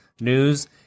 news